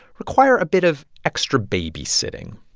require a bit of extra baby-sitting.